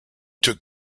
took